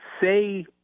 Say